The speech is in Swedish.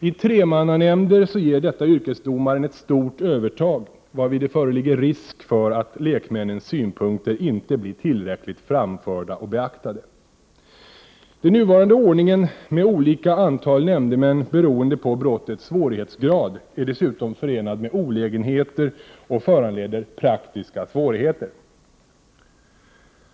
I tremannanämnder ger detta yrkesdomaren ett stort övertag, varvid det föreligger risk för att lekmännens synpunkter inte blir tillräckligt framförda och beaktade. Den nuvarande ordningen med olika antal nämndemän beroende på brottets svårighetsgrad är dessutom förenad med olägenheter och föranleder praktiska svårigheter.